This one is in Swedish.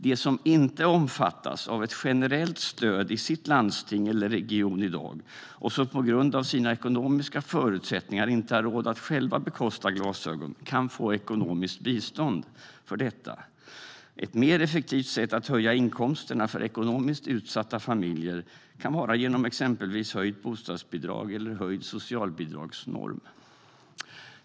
De som inte omfattas av ett generellt stöd i sitt landsting eller sin region i dag och som på grund av sina ekonomiska förutsättningar inte har råd att själva bekosta glasögon kan få ekonomiskt bistånd för detta. Ett mer effektivt sätt att höja inkomsterna för ekonomiskt utsatta familjer kan vara exempelvis höjt bostadsbidrag eller höjd socialbidragsnorm.